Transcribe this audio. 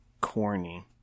corny